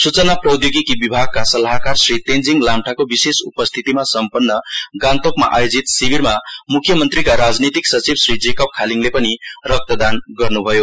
सूचना प्रौद्योगीकी विभागका सल्लाहकार श्री तेञ्जिङ लामटाको विशेष उपस्थितिमा सम्पन्न गान्तोकमा आयोजित शिविरमा मुख्यमन्त्रीका राजनीतिक सचिव श्री जेकब खालिङले पनि रक्तदान गर्न्भयो